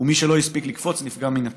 ומי שלא הספיק לקפוץ נפגע מן הטיל.